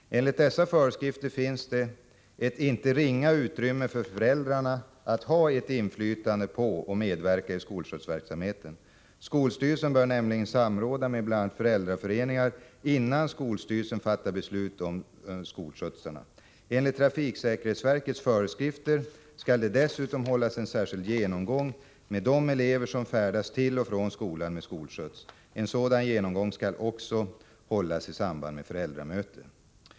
Enligt dessa föreskrifter finns det ett inte ringa utrymme för föräldrarna att ha ett inflytande på och medverka i skolskjutsverksamheten. Skolstyrelsen bör nämligen samråda med bl.a. föräldraföreningar innan skolstyrelsen fattar beslut om skolskjutsningen. Enligt trafiksäkerhetsverkets föreskrifter skall det dessutom hållas en särskild genomgång med de elever som färdas till och från skolan med skolskjuts. En sådan genomgång skall också hållas i samband med föräldramöte.